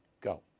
Go